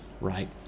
right